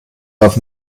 darf